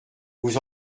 vous